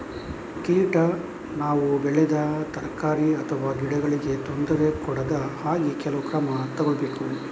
ಕೀಟ ನಾವು ಬೆಳೆದ ತರಕಾರಿ ಅಥವಾ ಗಿಡಗಳಿಗೆ ತೊಂದರೆ ಕೊಡದ ಹಾಗೆ ಕೆಲವು ಕ್ರಮ ತಗೊಳ್ಬೇಕು